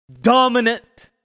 dominant